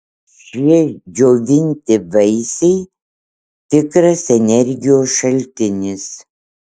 šie džiovinti vaisiai tikras energijos šaltinis